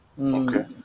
Okay